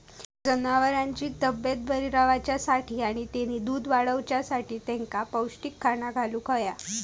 जनावरांची तब्येत बरी रवाच्यासाठी आणि तेनी दूध वाडवच्यासाठी तेंका पौष्टिक खाणा घालुक होया